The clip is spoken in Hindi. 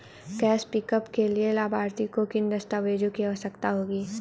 कैश पिकअप के लिए लाभार्थी को किन दस्तावेजों की आवश्यकता होगी?